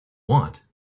want